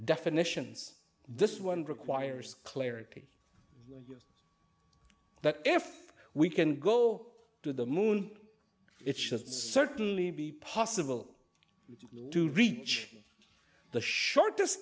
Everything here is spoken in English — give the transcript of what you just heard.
definitions this one requires clarity that if we can go to the moon it should certainly be possible to reach the shortest